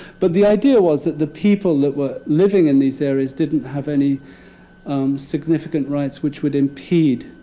but the idea was that the people that were living in these areas didn't have any significant rights which would impede